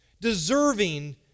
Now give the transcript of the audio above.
deserving